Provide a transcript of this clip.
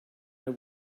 know